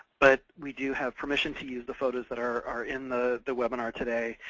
but we do have permission to use the photos that are in the the webinar today,